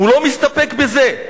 הוא לא מסתפק בזה: